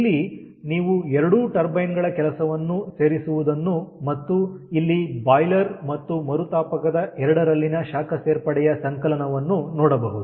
ಇಲ್ಲಿ ನೀವು ಎರಡೂ ಟರ್ಬೈನ್ ಗಳ ಕೆಲಸವನ್ನು ಸೇರಿಸುವುದನ್ನು ಮತ್ತು ಇಲ್ಲಿ ಬಾಯ್ಲರ್ ಮತ್ತು ಮರುತಾಪಕದ ಎರಡರಲ್ಲಿನ ಶಾಖ ಸೇರ್ಪಡೆಯ ಸಂಕಲನವನ್ನು ನೋಡಬಹುದು